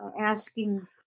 asking